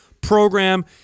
program